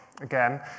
again